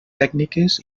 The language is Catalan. tècniques